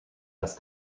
das